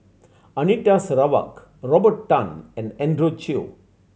Anita Sarawak Robert Tan and Andrew Chew